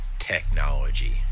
technology